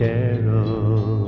Carol